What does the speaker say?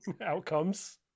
outcomes